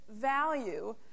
value